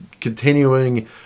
continuing